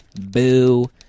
Boo